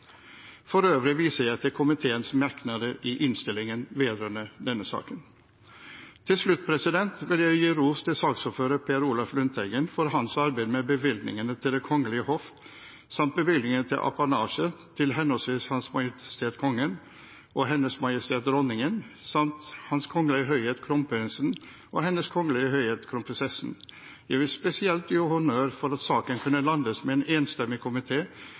til komiteens merknader i innstillingen vedrørende denne saken. Til slutt vil jeg gi ros til saksordfører Per Olaf Lundteigen for hans arbeid med bevilgningene til Det kongelige hoff samt bevilgningen til apanasje til henholdsvis H.M. Kongen og H.M. Dronningen samt H.K.H. Kronprinsen og H.K.H. Kronprinsessen. Jeg vil spesielt gi honnør for at saken kunne landes med en enstemmig